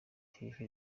hehe